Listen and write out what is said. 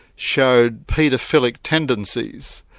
showed paedophilic tendencies.